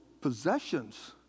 possessions